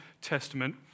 Testament